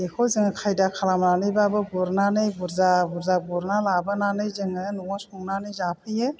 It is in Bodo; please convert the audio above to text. बेखौ जोङो खायदा खालामनानै बाबो गुरनानै बुरजा बुरजा गुरना लाबोनानै जोङो न'आव संनानै जाफैयो